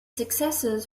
successors